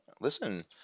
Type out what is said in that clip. listen